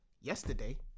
yesterday